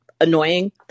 annoying